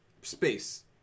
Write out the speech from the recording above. Space